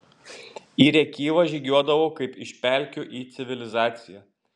į rėkyvą žygiuodavau kaip iš pelkių į civilizaciją